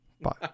Bye